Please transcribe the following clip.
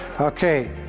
Okay